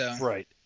Right